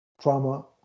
trauma